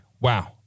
Wow